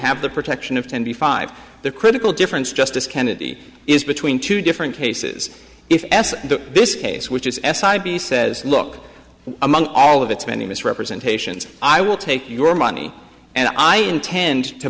have the protection of twenty five the critical difference justice kennedy is between two different cases if the this case which is s side b says look among all of its many misrepresentations i will take your money and i intend to